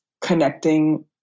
connecting